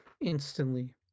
instantly